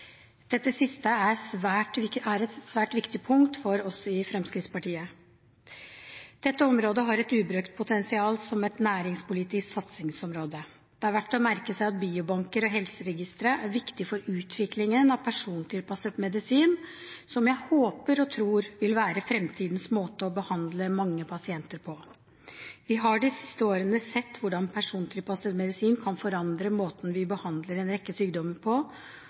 Dette siste er et svært viktig punkt for oss i Fremskrittspartiet. Dette området har et ubrukt potensial som et næringspolitisk satsingsområde. Det er verdt å merke seg at biobanker og helseregistre er viktig for utviklingen av persontilpasset medisin, som jeg håper og tror vil være fremtidens måte å behandle mange pasienter på. Vi har de siste årene sett hvordan persontilpasset medisin kan forandre måten vi behandler en rekke sykdommer på,